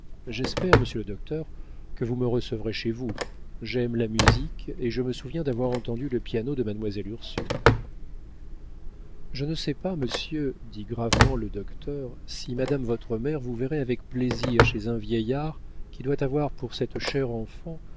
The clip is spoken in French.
j'espère monsieur le docteur que vous me recevrez chez vous j'aime la musique et je me souviens d'avoir entendu le piano de mademoiselle ursule je ne sais pas monsieur dit gravement le docteur si madame votre mère vous verrait avec plaisir chez un vieillard qui doit avoir pour cette chère enfant